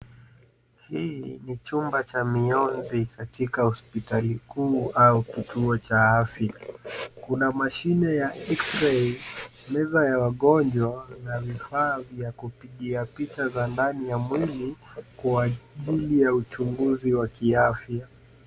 Hii ni chumba cha mionzi katika hospitali kuu au kituo cha afya. Kuna mashine ya cs[x-ray]cs, meza ya wagonjwa, na vifaa vya kupigia picha za ndani ya mwili kwa ajili ya uchunguzi wa kiafya.